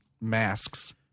masks